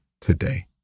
today